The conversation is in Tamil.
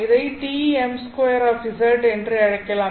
இதை TM2 என்று அழைக்கலாம்